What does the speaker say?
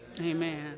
Amen